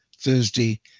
Thursday